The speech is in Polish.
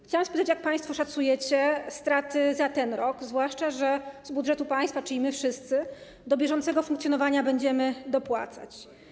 Chciałam spytać: Jak państwo szacujecie straty za ten rok, zwłaszcza że z budżetu państwa, czyli my wszyscy, do bieżącego funkcjonowania będziemy dopłacać?